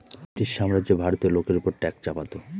British সাম্রাজ্য ভারতীয় লোকের ওপর ট্যাক্স চাপাতো